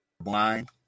blind